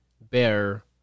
bear